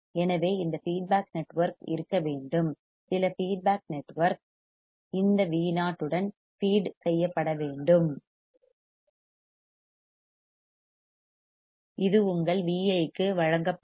எனவே இந்த feedback network இருக்க வேண்டும் சில ஃபீட்பேக் நெட்வொர்க் இந்த Vo உடன் ஃபீட் செய்யப்பட வேண்டும் இது உங்கள் Vi க்கு வழங்கப்படும்